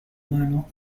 mano